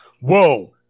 whoa